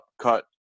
cut